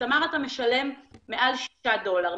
בתמר אתה משלם מעל 6 דולר.